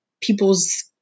people's